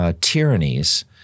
tyrannies